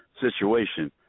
situation